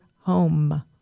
home